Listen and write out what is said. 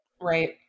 Right